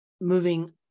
moving